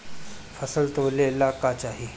फसल तौले ला का चाही?